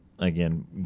again